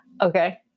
Okay